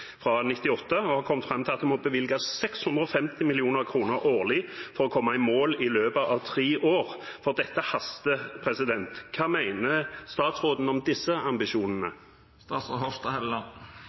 fra 1998, og kommet fram til at det må bevilges 650 mill. kr årlig for å komme i mål i løpet av tre år, for dette haster. Hva mener statsråden om disse ambisjonene?